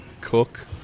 cook